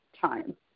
time